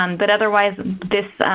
um but otherwise this